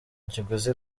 kiguzi